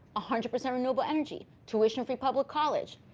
a hundred percent renewable energy. tuition-free public college.